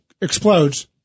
explodes